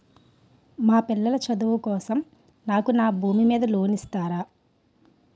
మా పిల్లల చదువు కోసం నాకు నా భూమి మీద లోన్ ఇస్తారా?